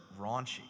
raunchy